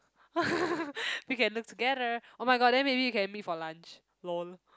we can look together oh-my-god then maybe we can meet for lunch lol